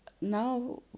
now